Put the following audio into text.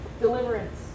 deliverance